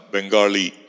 Bengali